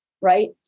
right